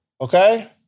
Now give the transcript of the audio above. okay